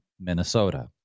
Minnesota